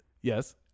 yes